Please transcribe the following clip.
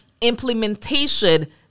implementation